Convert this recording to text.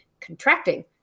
contracting